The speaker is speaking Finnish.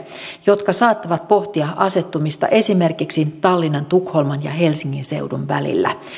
jotka saattavat pohtia asettumista esimerkiksi tallinnan tukholman ja helsingin seudun välillä